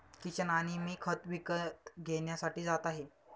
किशन आणि मी खत विकत घेण्यासाठी जात आहे